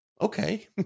okay